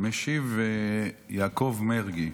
משיב יעקב מרגי,